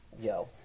Yo